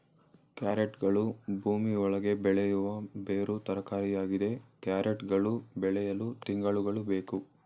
ಕ್ಯಾರೆಟ್ಗಳು ಭೂಮಿ ಒಳಗೆ ಬೆಳೆಯುವ ಬೇರು ತರಕಾರಿಯಾಗಿದೆ ಕ್ಯಾರೆಟ್ ಗಳು ಬೆಳೆಯಲು ತಿಂಗಳುಗಳು ಬೇಕು